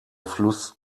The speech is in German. fluss